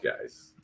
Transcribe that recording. guys